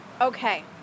Okay